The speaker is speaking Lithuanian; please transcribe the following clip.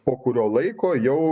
po kurio laiko jau